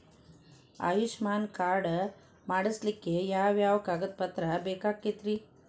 Ayushman card ಮಾಡ್ಸ್ಲಿಕ್ಕೆ ಯಾವ ಯಾವ ಕಾಗದ ಪತ್ರ ಬೇಕಾಗತೈತ್ರಿ?